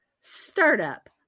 startup